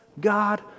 God